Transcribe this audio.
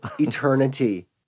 eternity